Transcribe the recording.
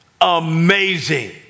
amazing